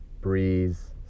Breeze